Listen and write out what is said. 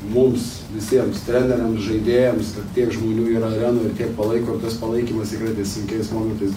mums visiems treneriams žaidėjams kad tiek žmonių yra arenoj ir tiek palaiko tas palaikymas tikrai tais sunkiais momentais